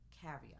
Caveat